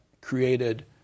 created